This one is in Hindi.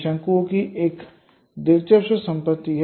शंकुओं की एक दिलचस्प संपत्ति है